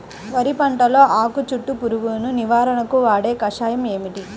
వరి పంటలో ఆకు చుట్టూ పురుగును నివారణకు వాడే కషాయం ఏమిటి?